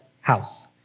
house